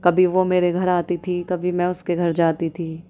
کبھی وہ میرے گھر آتی تھی کبھی میں اس کے گھر جاتی تھی